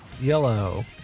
Yellow